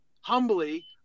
humbly